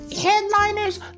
Headliners